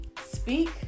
speak